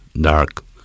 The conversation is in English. dark